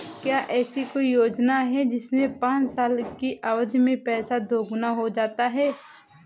क्या ऐसी कोई योजना है जिसमें पाँच साल की अवधि में पैसा दोगुना हो जाता है?